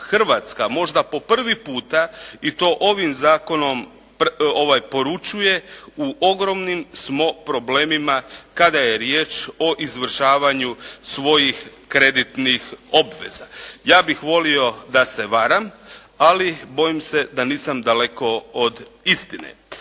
možda po prvi puta i to ovim zakonom poručuje u ogromnim smo problemima kada je riječ o izvršavanju svojih kreditnih obveza. Ja bih volio da se varam ali bojim se da nisam daleko od istine.